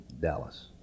Dallas